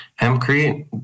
hempcrete